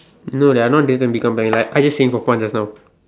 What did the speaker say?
no there are not I just saying for fun just now